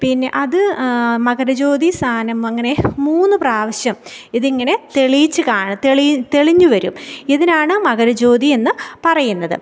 പിന്നെ അത് മകരജ്യോതി സാധനം അങ്ങനെ മൂന്ന് പ്രാവശ്യം ഇതിങ്ങനെ തെളിയിച്ച് കാണും തെളി തെളിഞ്ഞ് വരും ഇതിനാണ് മകരജ്യോതി എന്ന് പറയുന്നത്